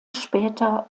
später